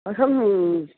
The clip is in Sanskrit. अहम्